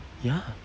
ya